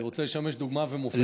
אני רוצה לשמש דוגמה ומופת.